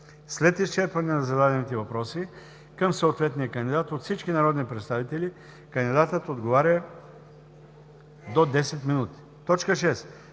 След изчерпване на зададените въпроси към съответния кандидат от всички народни представители, кандидатът отговаря – до 10 минути. 6.